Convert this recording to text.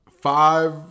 five